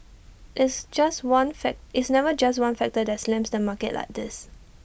it's just one it's never just one factor that slams the market like this